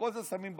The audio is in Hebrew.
את כל זה שמים בצד.